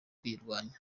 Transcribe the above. kuyirwanya